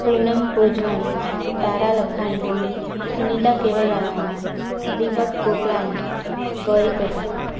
Poonam Bhojwani Tara Lakhani Sunita Kewalramani Deepak Kokalani Gauri Kotak